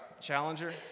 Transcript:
Challenger